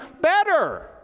better